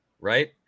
right